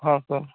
हां सर